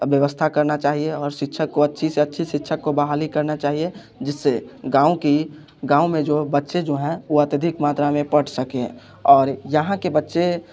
व्यवस्था करना चाहिए और शिक्षक को अच्छी से अच्छी शिक्षक को बहाली करना चाहिए जिससे गाँव की गाँव में जो बच्चे जो हैं वो अत्यधिक मात्रा में पढ़ सकें और यहाँ के बच्चे